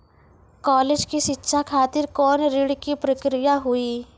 College के शिक्षा खातिर कौन ऋण के प्रक्रिया हुई?